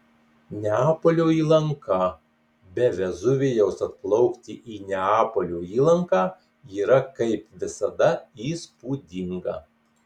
neapolio įlanka be vezuvijaus atplaukti į neapolio įlanką yra kaip visada įspūdinga